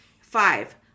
five